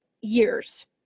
years